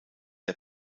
der